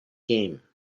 game